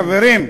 חברים,